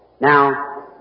Now